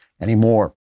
anymore